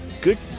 Good